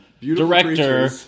Director